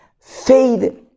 Faith